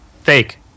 Fake